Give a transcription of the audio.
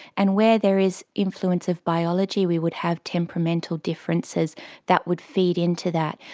and where there is influence of biology we would have temperamental differences that would feed into that.